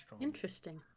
Interesting